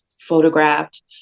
photographed